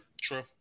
True